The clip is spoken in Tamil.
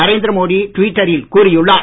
நரேந்திர மோடி ட்விட்டரில் கூறியுள்ளார்